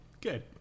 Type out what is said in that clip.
good